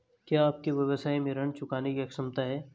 क्या आपके व्यवसाय में ऋण चुकाने की क्षमता है?